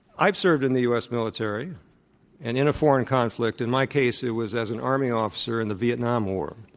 i've served in the u. s. military and in a foreign conflict. and in my case, it was as an army officer in the vietnam war.